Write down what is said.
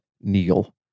Neil